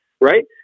right